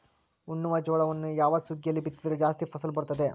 ಉಣ್ಣುವ ಜೋಳವನ್ನು ಯಾವ ಸುಗ್ಗಿಯಲ್ಲಿ ಬಿತ್ತಿದರೆ ಜಾಸ್ತಿ ಫಸಲು ಬರುತ್ತದೆ?